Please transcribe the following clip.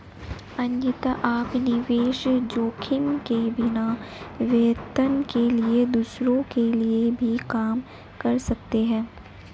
अन्यथा, आप निवेश जोखिम के बिना, वेतन के लिए दूसरों के लिए भी काम कर सकते हैं